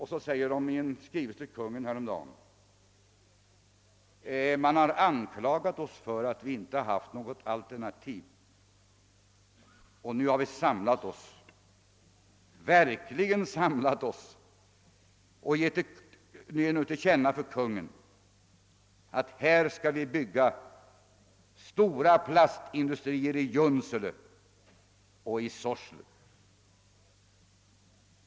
I en skrivelse till Konungen häromdagen skrev de: Man har anklagat oss för att vi inte haft något alternativ och nu har vi samlat oss, verkligen samlat oss, och ger nu till känna för Konungen att vi skall bygga plastindustrier i Junsele och i Sorsele.